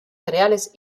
cereales